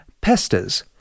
pesters